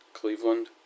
Cleveland